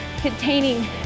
containing